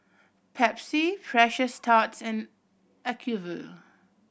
Pepsi Precious Thots and Acuvue